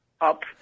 Up